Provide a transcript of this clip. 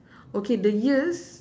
okay the ears